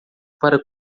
para